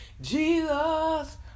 Jesus